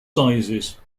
sizes